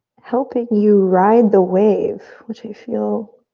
helping you ride the wave which i feel